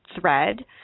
thread